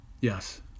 Yes